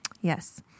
Yes